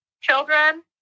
children